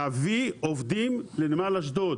ולהביא עובדים לנמל אשדוד.